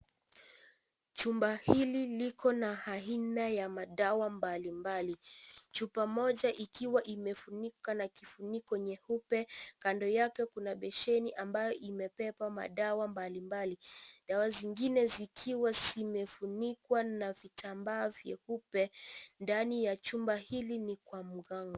Chumba hili likona aina ya madawa mbalimbali ,chupa moja ikiwa imefunikwa na kifiniko nyeupe kando yake kuna besheni ambayo imebeba madawa ya aina mbalimbali .dawa zingine zikiwa zimefunikwa na vitambaa vyeupe . Ndani la chumba hili ni kwa mganga.